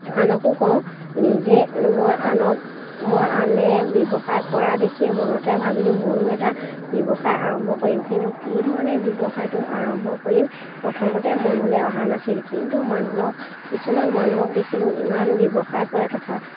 আনকো কওঁ নিজে মই আনক মই আনে ব্যৱসায় কৰা দেখিয়ে মনতে ভাবিলোঁ ময়ো এটা ব্যৱসায় আৰম্ভ কৰিম কিন্তু কি ধৰণে ব্যৱসায়টো আৰম্ভ কৰিম প্ৰথমতে মনলৈ অহা নাছিল কিন্তু মানুহক কিছুমান মানুহক দেখিলোঁ ইমান ব্যৱসায় কৰে তথা